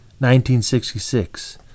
1966